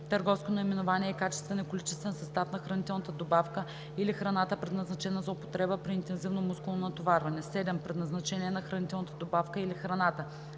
търговско наименование и качествен и количествен състав на хранителната добавка или храната, предназначена за употреба при интензивно мускулно натоварване; 7. предназначение на хранителната добавка или храната.